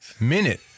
Minute